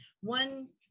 one